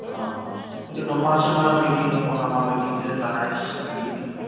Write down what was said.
अ खिन्थु दंफाङासो माबायदि दंफाङा माबायदिखो लानानै दिहुनगोन